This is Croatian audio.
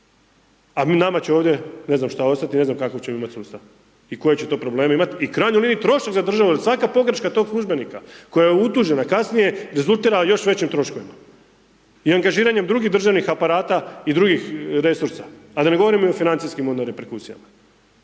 a nama će ovdje, ne znam šta ostati, ne znam kakav ćemo imati sustav i koje će to probleme imat i u krajnjoj liniji trošak za državu jer svaka pogreška tog službenika koja je utužena, kasnije rezultira još većim troškovima i angažiranjem drugih državnih aparata i drugih resursa, a da ne govorim i o financijskim onda reperkusijama